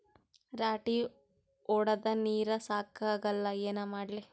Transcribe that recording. ರಾಟಿ ಹೊಡದ ನೀರ ಸಾಕಾಗಲ್ಲ ಏನ ಮಾಡ್ಲಿ?